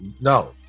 no